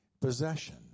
possession